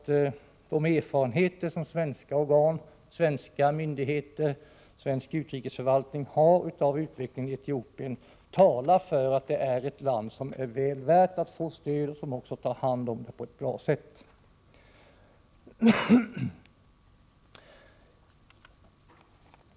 De erfarenheter som svenska organ, svenska myndigheter och svensk utrikesförvaltning har av utvecklingen i Etiopien talar för att det är ett land som är väl värt att få stöd och som också tar hand om detta på ett bra sätt.